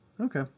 Okay